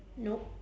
nope